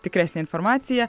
tikresnę informaciją